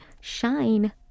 Shine